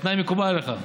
התנאי מקובל עליך?